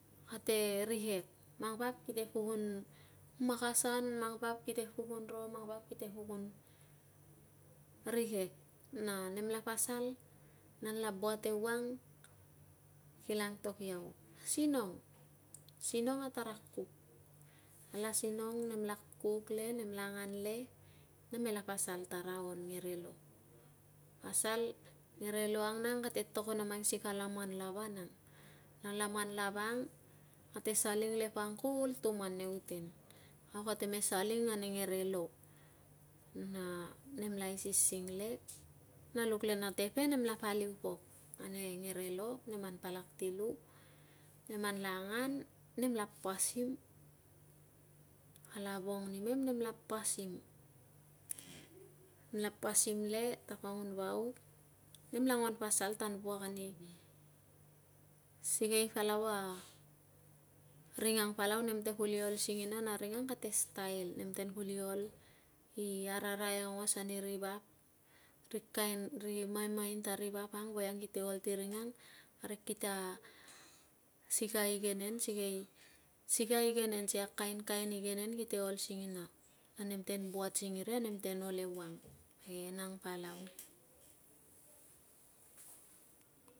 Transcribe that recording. Kate rikek. Mang vap kite pukun makasan, mang vap kite pukun ro, mang vap kite pukun rikek na nemla pasal nan la buat ewang, kila antok iau, "sinong, sinong a tara kuk". Nala sinong, nemla kuk le nemla angan le, nemla pasal ta raon ngerelo. Pasal, ngerelo ang nang kate togon a mang sikei a laman lava nang na laman lava ang kate saling le pangkul tuman nei uten, au kate me saling ane ngerelo. Na nemla aisising le na luk le na tepe, nemla paliu pok ane ngerelo, nem an palak ti lu nem an la angan, nemla pasim, kala vong nimem nemla pasim. Nem la pasim le, tapangun vauk nem la nguan pasal tan wuak ani sikei palau a ring ang palau nemte kuli ol singina na ring anng kate style. Nem ten kuli ol i ararai aungos ani ri vap, ri kain ri mamain ta ri vap ang voiang kite ol ti ring ang. Parik kita sikei a igenen, sikei a igenen, sikei a kainkain igenen kite ol singina na nem ten buat singiria, nem ten ol ewang. E, nanga palau.